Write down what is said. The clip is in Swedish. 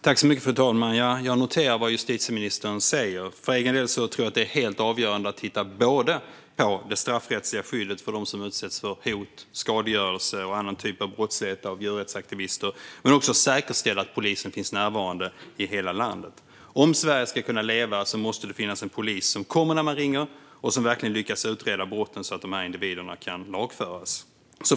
Fru talman! Jag noterar vad justitieministern säger. För egen del tror jag att det är helt avgörande att titta på det straffrättsliga skyddet för dem som utsätts för hot och skadegörelse och annan typ av brottslighet av djurrättsaktivister men också säkerställa att polisen finns närvarande i hela landet. Om Sverige ska kunna leva måste det finnas en polis som kommer när man ringer och som verkligen lyckas utreda brotten så att dessa individer kan lagföras.